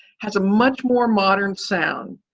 has a much more modern sound.